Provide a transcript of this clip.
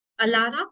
Alara